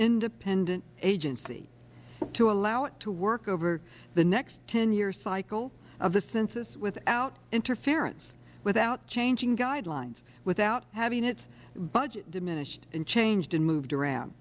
independent agency to allow it to work over the next ten year cycle of the census without interference without changing guidelines without having its budget diminished and changed and moved around